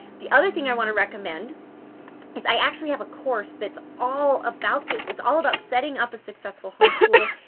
the other thing i want to recommend is i actually have a course that's all about this. it's all about setting up a successful homeschool,